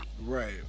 Right